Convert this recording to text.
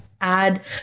add